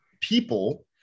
people